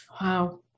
Wow